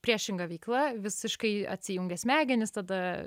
priešinga veikla visiškai atsijungia smegenys tada